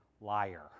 liar